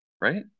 right